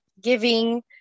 giving